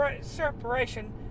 separation